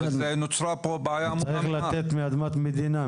אבל נוצרה פה בעיה --- צריך לתת מאדמת המדינה,